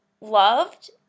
loved